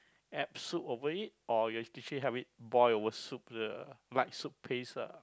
add soup over it or you actually have it boil over soup the light soup paste uh